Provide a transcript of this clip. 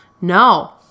no